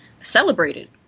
celebrated